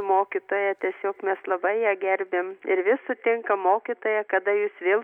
mokytoją tiesiog mes labai ją gerbėm ir vis sutinka mokytoją kada jūs vėl